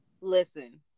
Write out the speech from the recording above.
Listen